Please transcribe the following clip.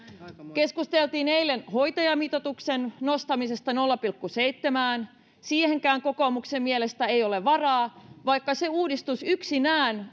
keskusteltiin eilen hoitajamitoituksen nostamisesta nolla pilkku seitsemään siihenkään kokoomuksen mielestä ei ole varaa vaikka se uudistus yksinään